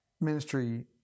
ministry